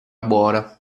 buona